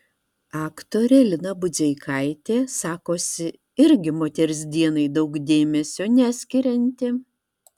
aktorė lina budzeikaitė sakosi irgi moters dienai daug dėmesio neskirianti